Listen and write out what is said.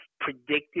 predicted